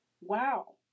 Wow